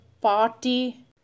party